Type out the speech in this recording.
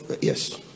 yes